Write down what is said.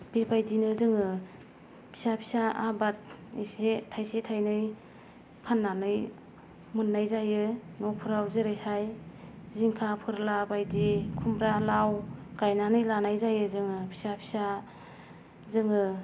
बेबायदिनो जोङो फिसा फिसा आबाद एसे थाइसे थाइनै फाननानै मोननाय जायो न'खराव जेरैहाय जिंखा फोरला बायदि खुमब्रा लाव गायनानै लानाय जायो जोङो फिसा फिसा जोङो